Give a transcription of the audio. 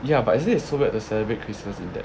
ya but isn't it so weird to celebrate christmas in that